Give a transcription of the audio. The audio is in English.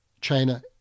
China